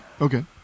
Okay